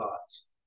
thoughts